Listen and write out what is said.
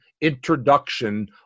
introduction